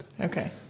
Okay